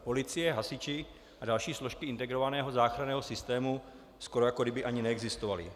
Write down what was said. Policie, hasiči a další složky integrovaného záchranného systému skoro jako kdyby ani neexistovaly.